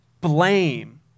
blame